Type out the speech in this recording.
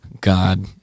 god